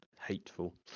hateful